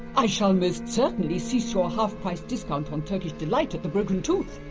i shall most certainly cease your half price discount on turkish delight at the broken tooth!